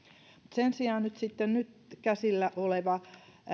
sen sijaan nyt käsillä olevasta